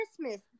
christmas